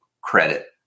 credit